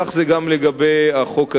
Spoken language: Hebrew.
כך גם לגבי החוק הזה.